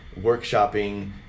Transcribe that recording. workshopping